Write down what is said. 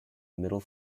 middle